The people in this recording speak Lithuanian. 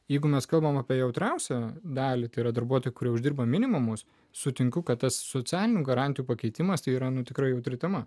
jeigu mes kalbame apie jautriausią dalį tai yra darbuotojų kurie uždirba minimumą sutinku kad tas socialinių garantijų pakeitimas yra nu tikrai jautri tema